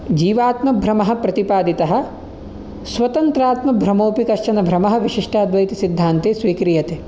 जीवात्मभ्रमः प्रतिपादितः स्वतन्त्रात्मभ्रमो अपि कश्चन भ्रमः विशिष्टाद्वैतसिद्धान्ते स्वीक्रियते